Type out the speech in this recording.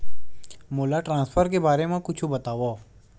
मोला ट्रान्सफर के बारे मा कुछु बतावव?